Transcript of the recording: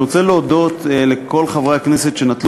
אני רוצה להודות לכל חברי הכנסת שנטלו